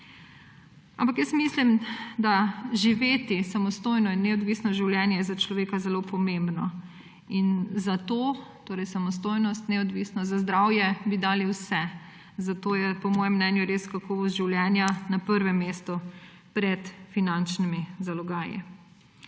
Ampak jaz mislim, da živeti samostojno in neodvisno življenje je za človeka zelo pomembno. In za samostojnost, neodvisnost, za zdravje bi dali vse. Zato je po mojem mnenju kakovost življenja res na prvem mestu pred finančnimi zalogaji.